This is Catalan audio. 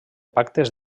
pactes